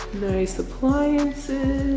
nice appliances,